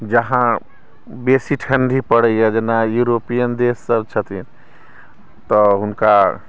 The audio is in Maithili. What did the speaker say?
जहाँ बेसी ठण्डी पड़ैए जेना यूरोपियन देशसभ छथिन तऽ हुनका